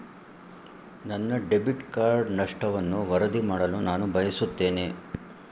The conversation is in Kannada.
ನನ್ನ ಡೆಬಿಟ್ ಕಾರ್ಡ್ ನಷ್ಟವನ್ನು ವರದಿ ಮಾಡಲು ನಾನು ಬಯಸುತ್ತೇನೆ